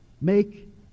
Make